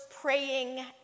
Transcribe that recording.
praying